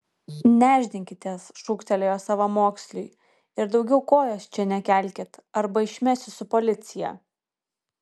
nešdinkitės šūktelėjo savamoksliui ir daugiau kojos čia nekelkit arba išmesiu su policija